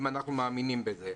אם אנחנו מאמינים בהן.